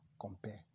compare